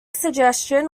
suggestion